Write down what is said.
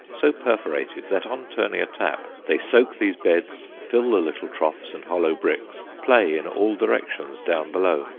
so perforated that on turning a tap they soak these beds, fill the little troughs and hollow bricks, play in all directions down below,